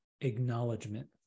acknowledgement